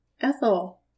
Ethel